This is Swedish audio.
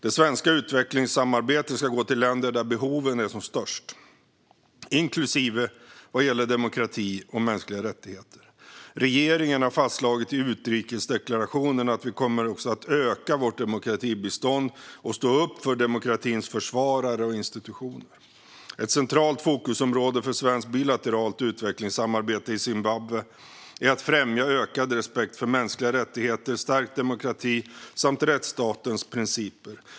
Det svenska utvecklingssamarbetet ska gå till länder där behoven är som störst, inklusive vad gäller demokrati och mänskliga rättigheter. Regeringen har fastslagit i utrikesdeklarationen att vi kommer att öka vårt demokratibistånd och stå upp för demokratins försvarare och institutioner. Ett centralt fokusområde för svenskt bilateralt utvecklingssamarbete i Zimbabwe är att främja ökad respekt för mänskliga rättigheter, stärkt demokrati samt rättsstatens principer.